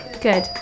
Good